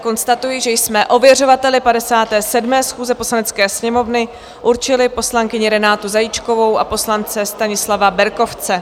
Konstatuji, že jsme ověřovateli 57. schůze Poslanecké sněmovny určili poslankyni Renátu Zajíčkovou a poslance Stanislava Berkovce.